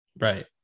Right